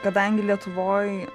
kadangi lietuvoj